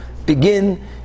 Begin